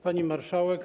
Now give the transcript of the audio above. Pani Marszałek!